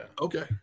Okay